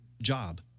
job